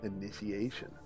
Initiation